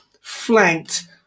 flanked